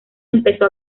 empezó